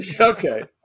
Okay